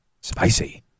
Spicy